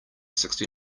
sixty